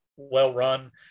well-run